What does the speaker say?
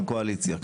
חבר מטעם הקואליציה.